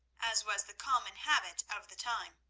as was the common habit of the time.